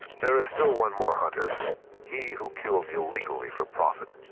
there is still one more hunter he who kills illegally for profit.